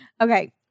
Okay